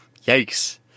yikes